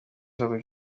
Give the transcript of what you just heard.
centre